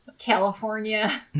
California